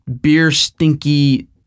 beer-stinky